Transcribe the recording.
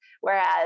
Whereas